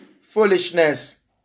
foolishness